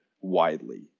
widely